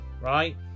right